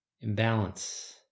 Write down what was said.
imbalance